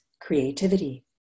creativity